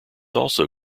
also